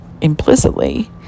implicitly